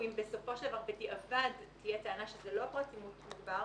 אם בסופו של דבר בדיעבד תהיה טענה שזה לא פרט אימות מוגבר,